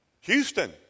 Houston